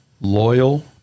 Loyal